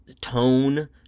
tone